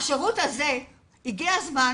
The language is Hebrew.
הגיע הזמן